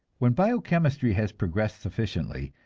when bio-chemistry has progressed sufficiently,